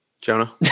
Jonah